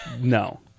no